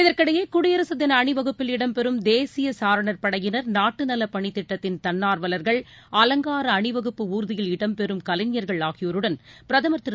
இதற்கிடையே குடியரசு தின அணிவகுப்பில் இடம்பெறும் தேசிய சாரணர் படையினர் நாட்டு நலப் பணித்திட்டத்தின் தன்னார்வலர்கள் அவங்கார அணிவகுப்பு ஊர்தியில் இடம்பெறும் கலைஞர்கள் ஆகியோருடன் பிரதமர் திரு